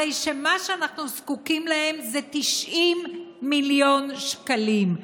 הרי שמה שאנחנו זקוקים לו זה 90 מיליון שקלים.